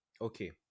okay